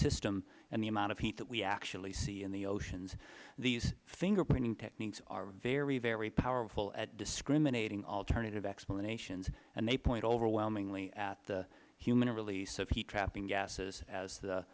system and the amount of heat that we actually see in the oceans these fingerprinting techniques are very very powerful at discriminating alternative explanations and they point overwhelmingly at the human release of heat trapping gases as